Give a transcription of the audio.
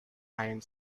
inc